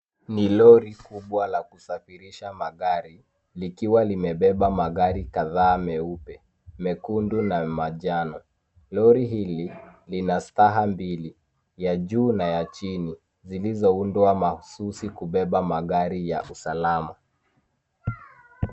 Ni lori kubwa la kusafirisha magari likiwa limebeba magari kadhaa meupe mekundu na manjano, lori hili lina staha mbili ya juu na ya chini zilizoundwa mahsusi kubeba magari ya usalama.